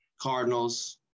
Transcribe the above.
Cardinals